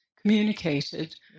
communicated